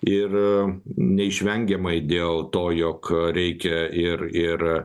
ir neišvengiamai dėl to jog reikia ir ir